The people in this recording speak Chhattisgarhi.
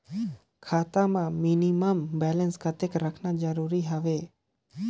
खाता मां मिनिमम बैलेंस कतेक रखना जरूरी हवय?